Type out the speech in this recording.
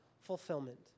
fulfillment